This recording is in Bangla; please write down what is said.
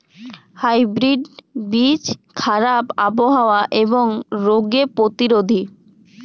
হাইব্রিড বীজ খারাপ আবহাওয়া এবং রোগে প্রতিরোধী